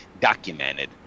documented